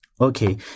Okay